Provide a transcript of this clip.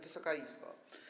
Wysoka Izbo!